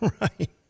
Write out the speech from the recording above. Right